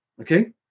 okay